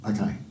okay